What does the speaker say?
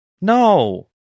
No